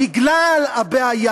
בגלל הבעיה,